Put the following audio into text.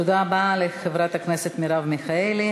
תודה רבה לחברת הכנסת מרב מיכאלי.